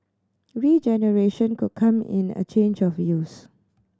regeneration could come in a change of use